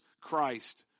Christ